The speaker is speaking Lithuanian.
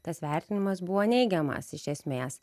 tas vertinimas buvo neigiamas iš esmės